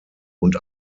und